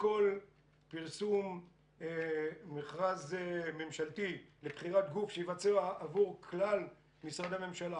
לשקול פרסום מכרז ממשלתי לבחירת גוף שיבצע עבור כלל משרדי הממשלה